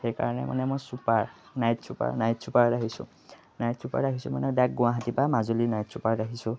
সেইকাৰণে মানে মই ছুপাৰ নাইট চুপাৰ নাইট চুপাৰত আহিছোঁ নাইট চুপাৰত আহিছোঁ মানে ডাইৰেক্ট গুৱাহাটীৰপৰা মাজুলী নাইট চুপাৰত আহিছোঁ